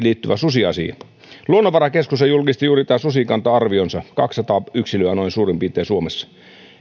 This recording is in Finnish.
liittyvä susiasia luonnonvarakeskushan julkisti juuri susikanta arvionsa kaksisataa yksilöä noin suurin piirtein suomessa